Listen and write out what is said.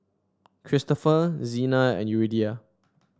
Christopher Zina and Yuridia